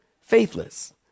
Faithless